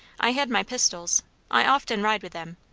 i had my pistols i often ride with them,